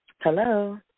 Hello